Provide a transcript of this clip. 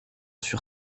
sur